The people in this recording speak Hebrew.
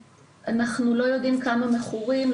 אנחנו לא יודעים כמה מכורים,